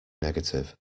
negative